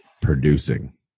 producing